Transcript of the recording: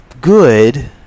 good